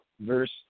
verse